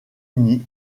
uni